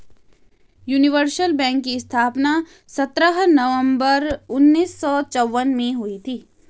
universal bank की स्थापना सत्रह नवंबर उन्नीस सौ चौवन में हुई थी